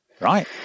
Right